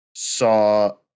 Saw